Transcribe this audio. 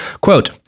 Quote